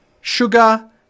sugar